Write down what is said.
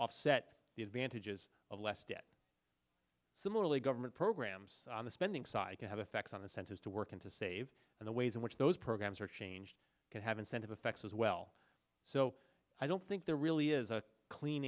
offset the advantages of less debt similarly government programs on the spending side have effects on incentives to work and to save and the ways in which those programs are changed can have incentive effects as well so i don't think there really is a clean